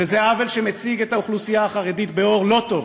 וזה עוול שמציג את האוכלוסייה החרדית באור לא טוב.